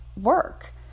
work